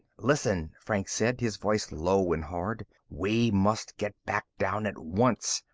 listen, franks said, his voice low and hard. we must get back down at once.